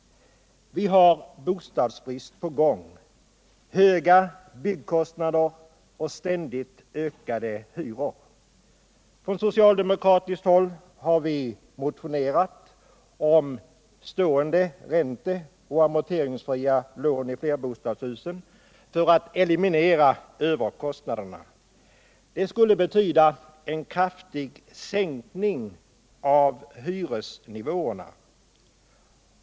Vi har bostadsbrist på gång, höga byggkostnader och ständigt ökade hyror. Från socialdemokratiskt håll har vi motionerat om ränte och amorteringsfria stående lån i flerbostadshusen för att eliminera överkostnaderna. Det skulle betyda en kraftig sänkning av hyresnivåerna.